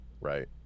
right